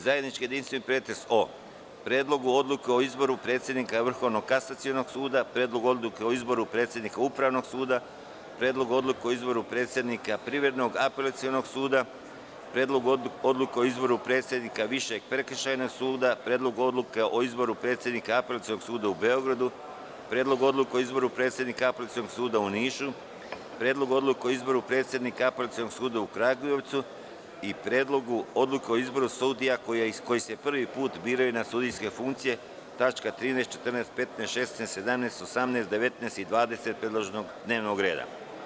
Zajednički jedinstveni pretres o: Predlogu odluke o izboru predsednika Vrhovnog kasacionog suda; Predlogu odluke o izboru predsednika Upravnog suda; Predlogu odluke o izboru predsednika Privrednog apelacionog suda; Predlogu odluke o izboru predsednika Višeg prekršajnog suda; Predlogu odluke o izboru predsednika Apelacionog suda u Beogradu; Predlogu odluke o izboru predsednika Apelacionog suda u Nišu; Predlogu odluke o izboru predsednika Apelacionog suda u Kragujevcu; Predlogu odluke o izboru sudija koji se prvi put biraju na sudijsku funkciju (tačke 13,14,15,16,17,18,19. i 20. predloženog dnevnog reda)